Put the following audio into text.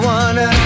one